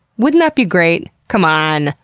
wouldn't that be great? c'mon!